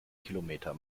kilometer